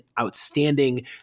outstanding